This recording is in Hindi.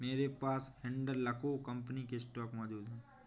मेरे पास हिंडालको कंपनी के स्टॉक मौजूद है